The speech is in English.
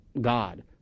God